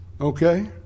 Okay